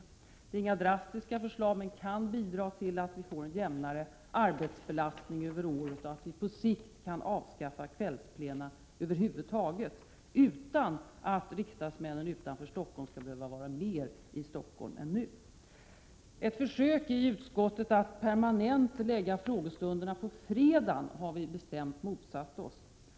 Det är inga drastiska förslag, men de kan bidra till att vi får en jämnare arbetsbelastning över året och att vi på sikt kan avskaffa kvällsplena över huvud taget, utan att riksdagsmännen utanför Stockholm skall behöva vara mer i Stockholm än nu. Ett förslag i utskottet att permanent lägga frågestunderna på fredagen har vi bestämt motsatt oss.